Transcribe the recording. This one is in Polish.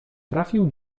trafił